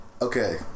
Okay